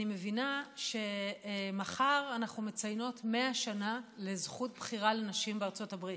אני מבינה שמחר אנחנו מציינות 100 שנה לזכות בחירה לנשים בארצות הברית.